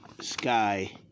Sky